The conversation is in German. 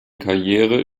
karriere